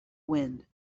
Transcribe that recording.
wind